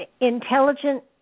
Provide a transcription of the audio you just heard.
intelligent